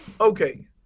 Okay